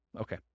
Okay